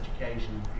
education